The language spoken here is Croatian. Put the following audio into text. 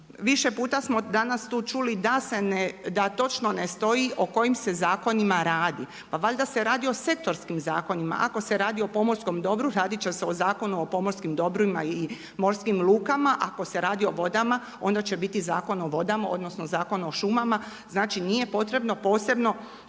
Više puta smo danas tu čuli da se ne, da točno ne stoji o kojim se zakonima radi. Pa valjda se radi o sektorskim zakonima. Ako se radi o pomorskom dobru radit će se o Zakonu o pomorskim dobrima i morskim lukama. Ako se radi o vodama onda će biti Zakon o vodama, odnosno Zakon o šumama. Znači, nije potrebno posebno